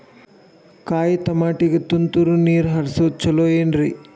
ಕಾಯಿತಮಾಟಿಗ ತುಂತುರ್ ನೇರ್ ಹರಿಸೋದು ಛಲೋ ಏನ್ರಿ?